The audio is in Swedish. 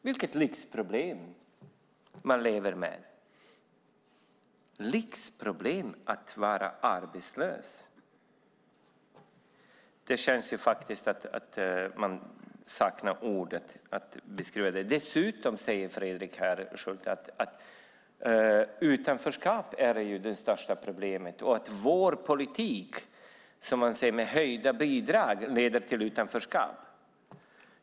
Vilket lyxproblem de lever med! Skulle det vara lyxproblem att vara arbetslös? Det känns som att man saknar ord att beskriva detta. Dessutom säger Fredrik Schulte att utanförskapet är det största problemet och att vår politik med höjda bidrag, som han säger, leder till utanförskap.